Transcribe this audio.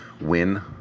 win